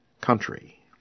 country